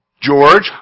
George